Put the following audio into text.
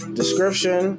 description